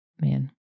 Man